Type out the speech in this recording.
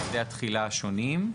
מועדי התחילה השונים,